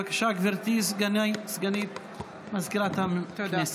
בבקשה, גברתי סגנית מזכירת הכנסת.